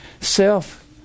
Self